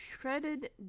shredded